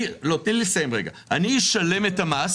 אני אשלם את המס